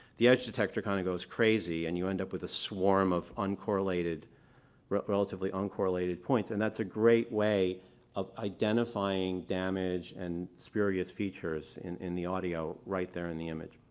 the edge detector kind of goes crazy and you end up with a swarm of uncorrelated relatively uncorrelated points. and that's a great way of identifying damage and spurious features in in the audio right there in the image.